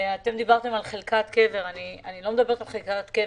אתם דיברתם על חלקת קבר אני לא מדברת על חלקת קבר.